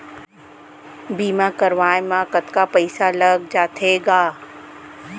बीमा करवाए म कतका पइसा लग जाथे गा?